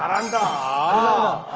and